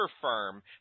firm